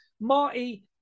Marty